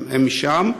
הם משם.